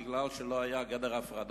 כי לא היתה גדר הפרדה,